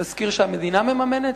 תסקיר שהמדינה מממנת,